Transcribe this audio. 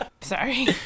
Sorry